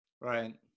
right